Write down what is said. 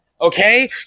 okay